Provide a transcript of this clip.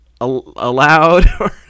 allowed